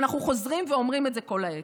ואנחנו חוזרים ואומרים את זה כל העת.